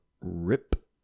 RIP